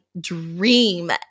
dream